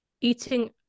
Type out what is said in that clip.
eating